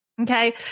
Okay